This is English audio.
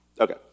Okay